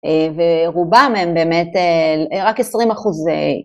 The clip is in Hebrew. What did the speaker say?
ורובם הם באמת רק עשרים אחוז..